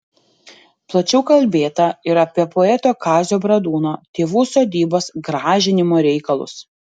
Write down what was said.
plačiau kalbėta ir apie poeto kazio bradūno tėvų sodybos grąžinimo reikalus